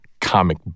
comic